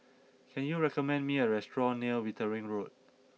can you recommend me a restaurant near Wittering Road